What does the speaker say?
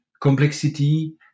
complexity